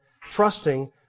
trusting